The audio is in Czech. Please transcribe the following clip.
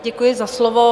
Děkuji za slovo.